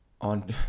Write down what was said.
On